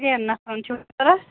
ترٛیٚن نفرَن چھوٕ ضوٚرَتھ